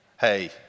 hey